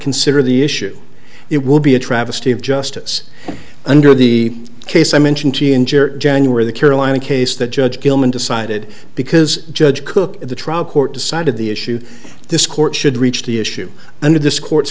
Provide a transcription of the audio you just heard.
consider the issue it would be a travesty of justice under the case i mentioned january the carolina case that judge gilman decided because judge cook the trial court decided the issue this court should reach the issue under this court